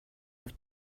auf